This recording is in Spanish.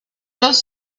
los